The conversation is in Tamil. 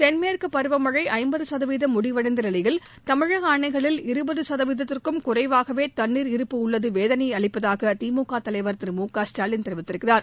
தென்மேற்குப் பருவமழை ஐம்பது சதவீதம் முடிவடைந்த நிலையில் தமிழக அணைகளில் இருபது சதவீதத்திற்கும் குறைவாகவே தண்ணீர் இருப்பு உள்ளது வேதனை அளிப்பதாக திமுக தலைவர் மு க ஸ்டாலின் கூறியிருக்கிறார்